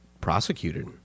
prosecuted